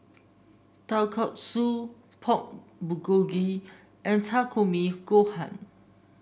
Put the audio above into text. Kalguksu Pork Bulgogi and Takikomi Gohan